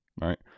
right